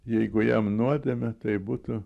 jeigu jam nuodėmė tai būtų